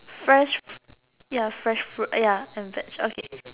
fresh ya fresh fruit ya and vege okay